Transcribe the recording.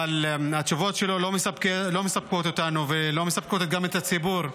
אבל התשובות שלו לא מספקות אותנו וגם לא מספקות את הציבור.